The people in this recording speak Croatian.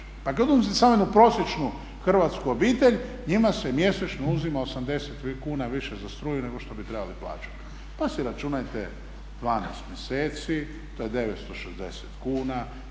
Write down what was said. Pa kad uzmete samo jednu prosječnu hrvatsku obitelj, njima se mjesečno uzima 80 kuna više za struju nego što bi trebali plaćati, pa si računajte 12 mjeseci, to je 960 kuna